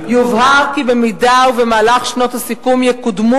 "יובהר כי במידה ובמהלך שנות הסיכום יקודמו